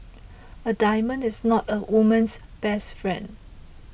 a diamond is not a woman's best friend